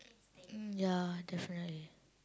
mm ya definitely